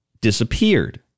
disappeared